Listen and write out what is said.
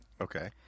Okay